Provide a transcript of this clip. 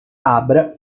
abra